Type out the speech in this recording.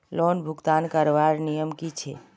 Loan भुगतान करवार नियम की छे?